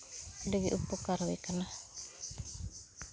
ᱟᱹᱰᱤᱜᱮ ᱩᱯᱚᱠᱟᱨ ᱦᱩᱭ ᱠᱟᱱᱟ